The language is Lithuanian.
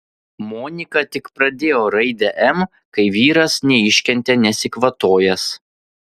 monika tik pradėjo raidę m kai vyras neiškentė nesikvatojęs